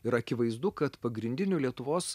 ir akivaizdu kad pagrindiniu lietuvos